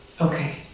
Okay